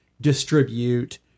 distribute